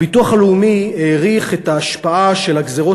הביטוח הלאומי העריך את ההשפעה של הגזירות